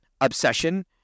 obsession